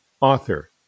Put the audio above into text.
author